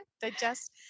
Digest